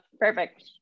perfect